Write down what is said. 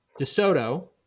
DeSoto